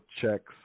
checks